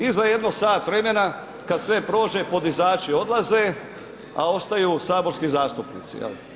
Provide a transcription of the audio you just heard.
I za jedno sat vremena kada sve prođe podizači odlaze, a ostaju saborski zastupnici.